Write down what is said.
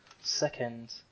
second